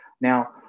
Now